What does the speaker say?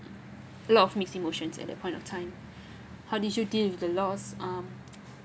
lot of mixed emotions at that point of time how did you deal with the loss um